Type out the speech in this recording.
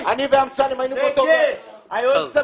אני אשמח לנהל אתך דיון על כל נושא.